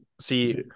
See